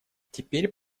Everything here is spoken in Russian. теперь